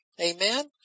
Amen